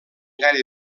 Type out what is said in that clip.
gaire